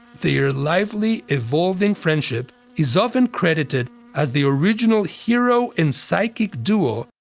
their lively, evolving friendship is often credited as the original hero and sidekick duo,